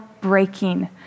breaking